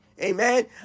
amen